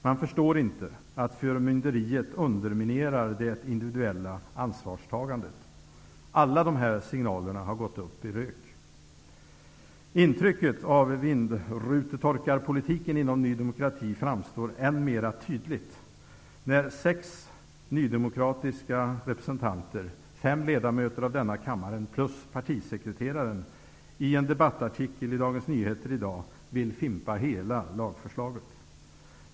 Man förstår inte att förmynderiet underminerar det individuella ansvarstagandet. Alla dessa signaler har gått upp i rök. Intrycket av vindrutetorkarpolitiken inom Ny demokrati framstår än mera tydligt när sex nydemokratiska representanter -- fem ledamöter av denna kammare och även partisekreteraren -- i en debattartikel i Dagens Nyheter i dag skriver att de vill fimpa hela lagförslaget.